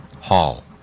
Hall